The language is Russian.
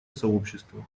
сообщества